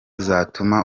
zatuma